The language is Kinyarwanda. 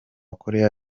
koreya